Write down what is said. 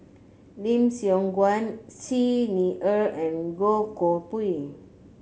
Lim Siong Guan Xi Ni Er and Goh Koh Pui